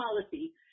policy